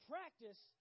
Practice